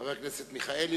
חבר הכנסת אברהם מיכאלי,